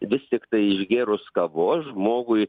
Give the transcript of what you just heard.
vis tiktai išgėrus kavos žmogui